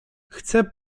chcę